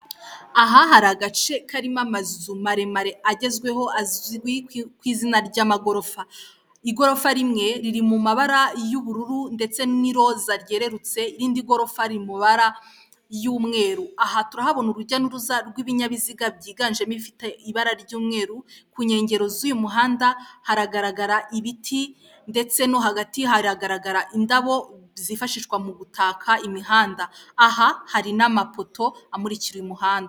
Iyi ni hoteri yubatse ku buryo bugezweho ndetse butangaje, ikaba yubatse mu gihugu cy' uRwanda mu mujyi wa Kigali; aho abakerarugendo bishimira kuyisura ndetse ikaberarwamo n'ibikorwa bitandukanye by'igihugu.